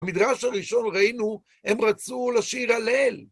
במדרש הראשון ראינו, הם רצו לשיר הלל.